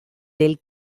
del